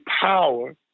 power